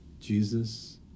Jesus